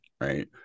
right